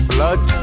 Blood